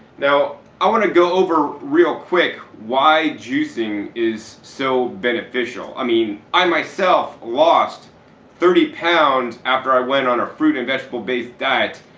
now i want to go over real quick why juicing is so beneficial. i mean, i myself lost thirty pounds after i went on a fruit and vegetable based diet,